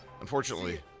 Unfortunately